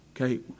okay